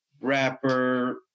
rapper